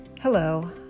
Hello